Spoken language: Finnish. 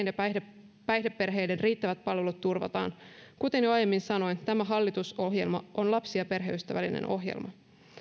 ja päihdeperheiden riittävät palvelut turvataan kuten jo aiemmin sanoin tämä hallitusohjelma on lapsi ja perheystävällinen ohjelma